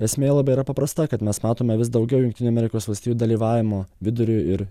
esmė labai yra paprasta kad mes matome vis daugiau jungtinių amerikos valstijų dalyvavimo vidurio ir